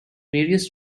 various